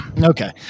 okay